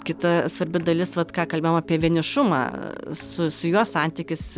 kita svarbi dalis vat ką kalbėjom apie vienišumą su su juo santykis